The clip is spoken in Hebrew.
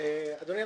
אדוני,